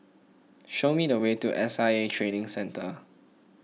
show me the way to S I A Training Centre